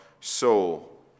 soul